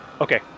Okay